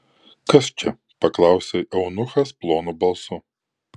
kas čia paklausė eunuchas plonu balsu